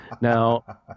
Now